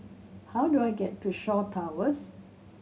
how do I get to Shaw Towers